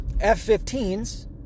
F-15s